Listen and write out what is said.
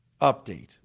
update